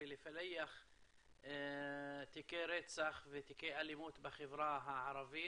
ולפצח תיקי רצח ותיקי אלימות בחברה הערבית.